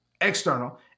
external